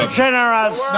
generous